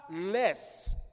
less